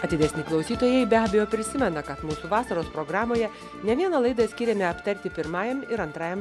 atidesni klausytojai be abejo prisimena kad mūsų vasaros programoje ne vieną laidą skyrėme aptarti pirmajam ir antrajam